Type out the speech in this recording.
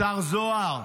השר זוהר,